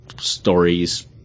stories